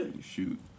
Shoot